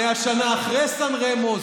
100 שנה אחרי סן רמו,